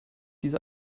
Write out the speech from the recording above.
diese